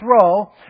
throw